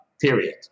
period